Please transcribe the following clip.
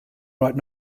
write